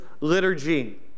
liturgy